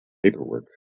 paperwork